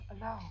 alone